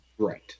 Right